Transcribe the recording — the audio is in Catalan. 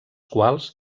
quals